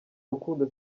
rukundo